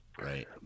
Right